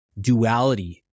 duality